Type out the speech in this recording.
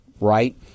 right